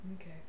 Okay